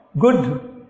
Good